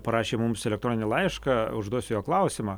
parašė mums elektroninį laišką užduosiu jo klausimą